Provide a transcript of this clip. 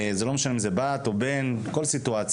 זה לא משנה אם זו בת או בן, בכל סיטואציה.